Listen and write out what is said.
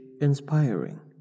inspiring